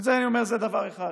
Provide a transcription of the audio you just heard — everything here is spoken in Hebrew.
זה דבר אחד.